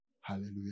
Hallelujah